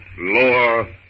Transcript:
lower